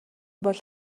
бол